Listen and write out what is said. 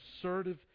assertive